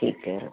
ਠੀਕ ਹੈ